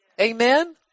Amen